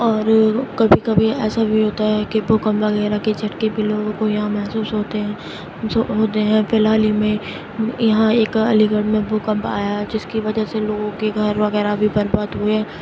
اور کبھی کبھی ایسا بھی ہوتا ہے کہ بھوکمپ وغیرہ کے جھٹکے بھی لوگـوں کو یہاں محسوس ہوتے ہیں جو ہوتے ہیں اور فی الحال ہی میں یہاں ایک علی گڑھ میں بھوکمپ آیا جس کی وجہ سے لوگوں کے گھر وغیرہ بھی برباد ہوئے